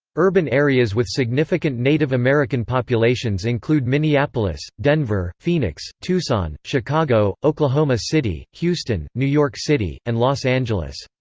urban areas with significant native american populations include minneapolis, denver, phoenix, tucson, chicago, oklahoma city, houston, new york city, and los angeles.